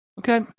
Okay